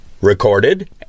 recorded